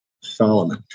Solomon